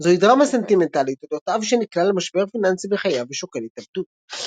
זוהי דרמה סנטימנטלית אודות אב שנקלע למשבר פיננסי בחייו ושוקל התאבדות.